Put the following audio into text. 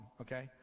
okay